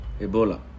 Ebola